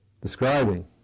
describing